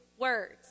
words